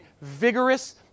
vigorous